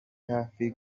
hafi